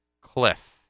cliff